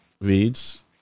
reads